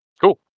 Cool